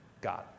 God